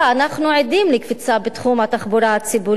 אנחנו עדים לקפיצה בתחום התחבורה הציבורית.